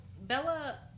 bella